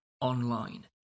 online